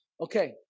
Okay